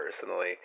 personally